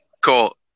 Cool